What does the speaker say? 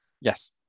Yes